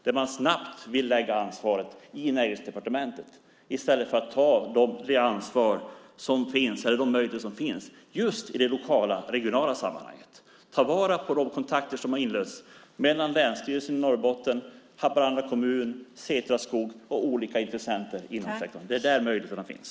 Man vill snabbt lägga ansvaret på Näringsdepartementet i stället för att ta de möjligheter som finns i det lokala och regionala sammanhanget och ta vara på de kontakter som har inletts mellan Länsstyrelsen i Norrbotten, Haparanda kommun, Setra och olika intressenter inom sektorn. Det är där möjligheterna finns.